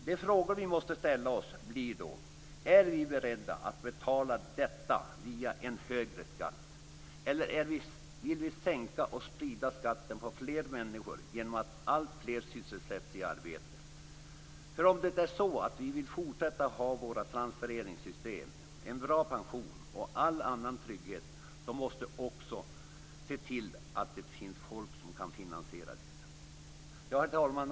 De frågor som vi måste ställa oss blir därför: Är vi beredda att betala detta via en högre skatt? Eller vill vi sänka och sprida skatten på fler människor genom att alltfler sysselsätts i arbete? Om vi vill fortsätta med våra transfereringssystem, en bra pension och all annan trygghet måste vi se till att det finns folk som kan finansiera detta. Herr talman!